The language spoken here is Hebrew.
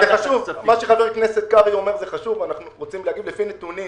מה שחבר הכנסת אומר זה חשוב ואנחנו רוצים להגיב ולומר שלפי נתונים